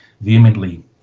vehemently